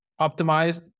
optimized